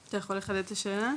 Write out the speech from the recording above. אתה יכול לחדד את השאלה?